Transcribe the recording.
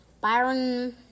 Byron